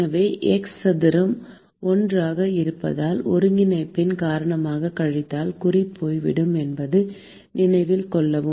எனவே x சதுரம் 1 ஆக இருப்பதால் ஒருங்கிணைப்பின் காரணமாக கழித்தல் குறி போய்விடும் என்பதை நினைவில் கொள்ளவும்